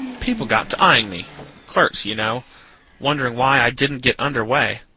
people got to eying me clerks, you know wondering why i didn't get under way.